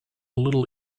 little